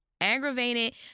aggravated